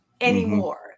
anymore